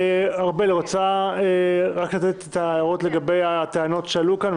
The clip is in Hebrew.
ארבל, את רוצה להעיר לטענות שעלו כאן?